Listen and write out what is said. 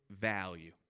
value